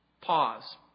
Pause